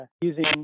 using